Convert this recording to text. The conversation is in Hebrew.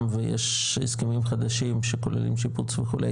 ויש הסכמים חדשים שכוללים שיפוץ וכו',